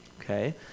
Okay